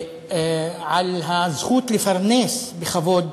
על הזכות לפרנס בכבוד